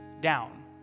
down